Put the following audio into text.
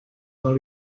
dans